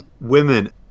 Women